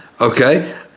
okay